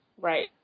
Right